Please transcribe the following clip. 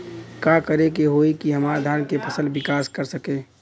का करे होई की हमार धान के फसल विकास कर सके?